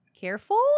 careful